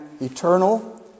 eternal